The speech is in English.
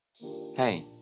Hey